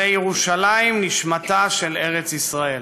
הרי ירושלים נשמתה של ארץ ישראל".